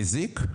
מזיק?